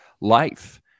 life